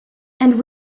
and